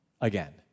again